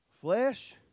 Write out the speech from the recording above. Flesh